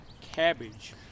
cabbage